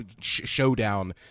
showdown